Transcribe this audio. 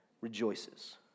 rejoices